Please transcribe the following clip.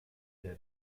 der